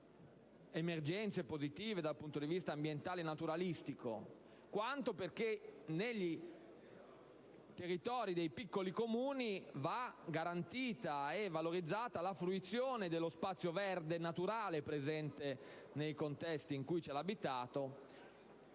emergenze positive dal punto di vista ambientale e naturalistico, ma perché nei territori dei piccoli Comuni va garantita e valorizzata la fruizione dello spazio verde e naturale presente nel contesto dell'abitato.